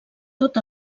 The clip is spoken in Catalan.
tot